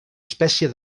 espècie